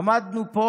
עמדנו פה,